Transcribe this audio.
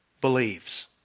believes